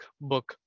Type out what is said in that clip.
book